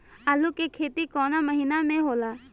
आलू के खेती कवना महीना में होला?